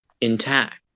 intact